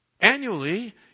Annually